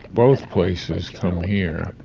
both places come here.